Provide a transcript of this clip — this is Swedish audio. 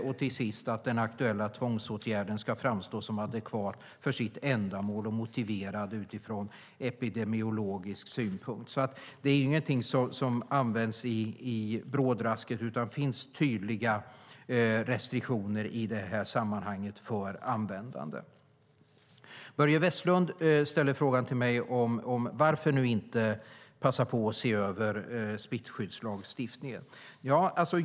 För det sjätte ska den aktuella tvångsåtgärden framstå som adekvat för sitt ändamål och motiverad från epidemiologisk synpunkt. Det är inget som används i brådrasket, utan det finns tydliga restriktioner. Börje Vestlund ställer frågan till mig varför man inte ska passa på att se över smittskyddslagstiftningen.